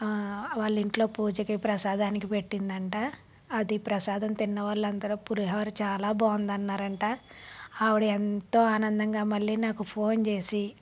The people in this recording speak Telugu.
వాళ్ళ ఇంట్లో పూజకి ప్రసాదానికి పెట్టిందట అది ప్రసాదం తిన్న వాళ్ళందరూ పులిహోర చాలా బాగుంది అన్నారంట ఆవిడ ఎంతో ఆనందంగా మళ్ళీ నాకు ఫోన్ చేసి